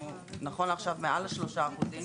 נכון לעכשיו בלמעלה משלושה אחוזים.